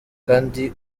kandi